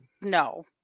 no